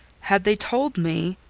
had they told me,